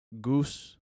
goose